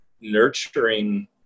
nurturing